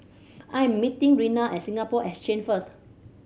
I'm meeting Reina at Singapore Exchange first